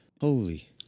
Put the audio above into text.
Holy